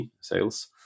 sales